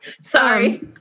Sorry